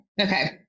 Okay